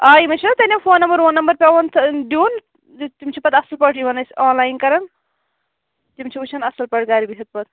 آ یِمَن چھِ نہٕ تتیٚن فون نَمبَر وون نَمبر پیوٚان دِیُن تِم چھِ پَتہٕ اَصٕل پٲٹھۍ یِوان اَسہِ آن لاین کَران تِم چھِ وُچھان اَصٕل پٲٹھۍ پَتہٕ گَرِ بِہِتھ پَتہٕ